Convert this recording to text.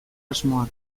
asmoak